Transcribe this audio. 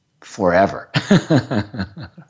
forever